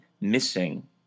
missing